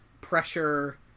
pressure